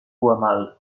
voix